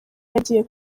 yagiye